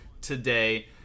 today